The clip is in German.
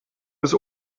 bis